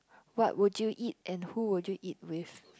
what would you eat and who would you eat with